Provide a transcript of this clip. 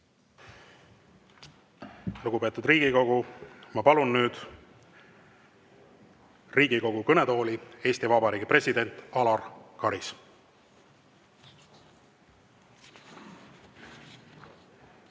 Lugupeetud Riigikogu! Ma palun nüüd Riigikogu kõnetooli Eesti Vabariigi presidendi Alar Karise.